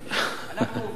אנחנו עובדים בנפרד.